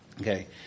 Okay